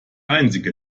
einzige